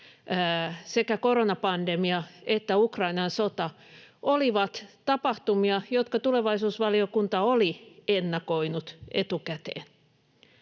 sekä koronapandemia että Ukrainan sota, olivat tapahtumia, jotka tulevaisuusvaliokunta oli ennakoinut etukäteen.